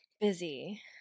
busy